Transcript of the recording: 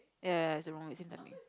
ya is a wrong with same timing